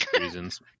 reasons